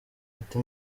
ati